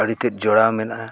ᱟᱹᱰᱤ ᱛᱮᱫ ᱡᱚᱲᱟᱣ ᱢᱮᱱᱟᱜᱼᱟ